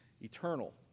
Eternal